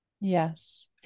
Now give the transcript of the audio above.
yes